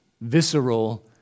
visceral